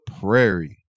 prairie